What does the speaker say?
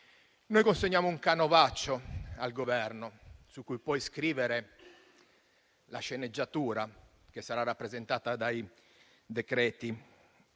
che consegniamo un canovaccio al Governo su cui poi scrivere la sceneggiatura che sarà rappresentata dai decreti